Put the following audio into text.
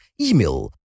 email